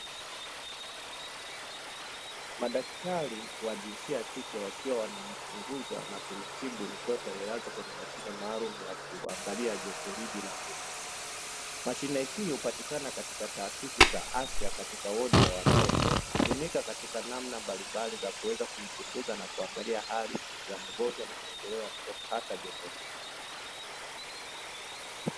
Madaktari wa jinsia ya kike wakiwa wanamchunguza na kumtibu mtoto aliyelazwa kwenye mashine maalumu ya kuangalia jotoridi la mwili, mashine hiyo hupatikana katika taasisi za afya katika wodi ya watoto, hutumika katika namna mbalimbali za kuweza kumchunguza na kuangalia hali ya mgonjwa na maendeleo ya mtoto hasa jotoridi.